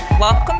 Welcome